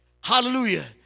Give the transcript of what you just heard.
Hallelujah